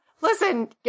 Listen